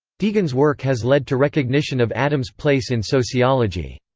deegan's work has led to recognition of addams' place in sociology.